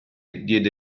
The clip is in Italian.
diede